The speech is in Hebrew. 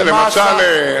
למשל,